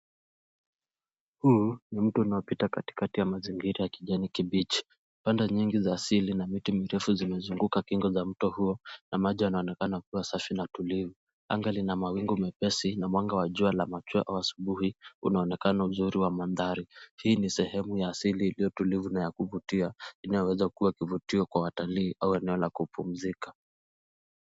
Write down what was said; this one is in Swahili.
Huu ni mto unaopita katikati ya mazingira ya kijani kibichi, panda nyingi za asili na miti mirefu zimezunguka kingo za mto huo, na maji yanaonekana kuwa safi na tulivu. Anga lina mawingu meepesi na mwanga wa jua la machweo asubuhi unaoekana uzuri wa mandhari. Hii ni sehemu ya asili iliyotulivu na ya kuvutia, inayoweza kuwa kivutio kwa watalii au eneo la kupumzika.